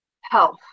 health